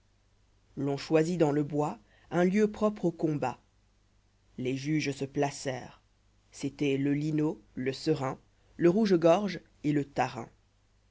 l'on choisit dansle'bois oh lieu propre au combat les juges se placèrent c'étdient le linot le serin le rouge-gorge et lé tarin